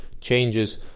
changes